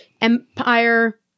empire